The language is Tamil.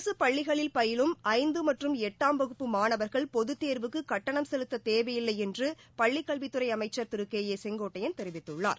அரசு பள்ளிகளில் பயிலும் ஐந்து மற்றும் எட்டாம் வகுப்பு மாணவர்கள் பொதுத் தேர்வுக்கு கட்டணம் செலுத்த தேவையில்லை என்று பள்ளிக் கல்வித்துறை அமைச்சர் திரு கே ஏ செங்கோட்டையன் தெரிவித்துள்ளார்